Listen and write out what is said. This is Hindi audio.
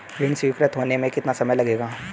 ऋण स्वीकृत होने में कितना समय लगेगा?